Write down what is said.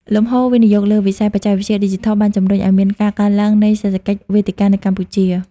លំហូរវិនិយោគលើវិស័យបច្ចេកវិទ្យាឌីជីថល បានជម្រុញឱ្យមានការកើនឡើងនៃ "សេដ្ឋកិច្ចវេទិកា" នៅកម្ពុជា។